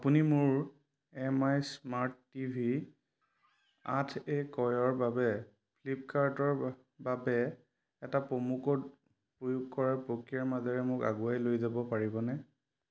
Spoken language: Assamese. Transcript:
আপুনি মোৰ M I smart T V আঠ এ ক্ৰয়ৰ বাবে ফ্লিপ্পকাৰ্টৰ বাবে এটা প্ৰম' কোড প্ৰয়োগ কৰাৰ প্ৰক্ৰিয়াৰ মাজেৰে মোক আগুৱাই লৈ যাব পাৰিবনে